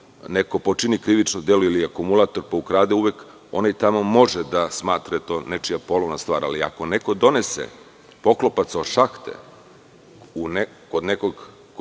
neko počini krivično delo ili akumulator, pa ukrade, uvek onaj tamo može da smatra da je to nečija polovna stvar, ali ako neko donese poklopac od šahte kod nekoga ko